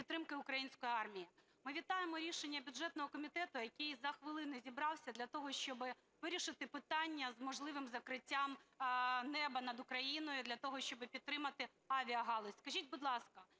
Ми вітаємо рішення бюджетного комітету, який за хвилини зібрався для того, щоб вирішити питання з можливим закриттям неба над Україною для того, щоб підтримати авіагалузь. Скажіть, будь ласка,